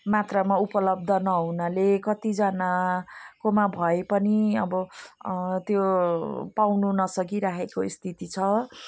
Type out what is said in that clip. मात्रामा उपलब्ध नहुनाले कति जनाकोमा भए पनि अब त्यो पाउन नसकिरहेको स्थिति छ